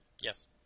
Yes